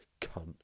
Cunt